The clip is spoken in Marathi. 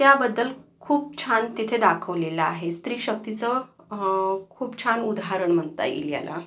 त्याबद्दल खूप छान तिथे दाखवलेलं आहे स्त्री शक्तीचं खूप छान उदाहरण म्हणता येईल याला